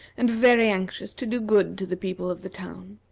and very anxious to do good to the people of the town.